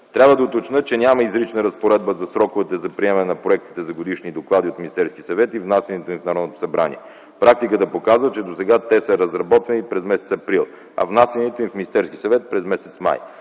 Трябва да уточня, че няма изрична разпоредба за сроковете за приемане на проектите за годишни доклади от Министерския съвет и внасянето им в Народното събрание. Практиката показва, че досега те са разработвани през м. април, а внасянето им в Министерския